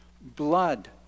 Blood